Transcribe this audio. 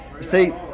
See